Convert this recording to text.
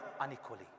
unequally